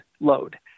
load